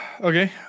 Okay